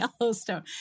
Yellowstone